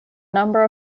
number